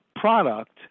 product